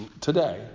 today